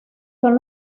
son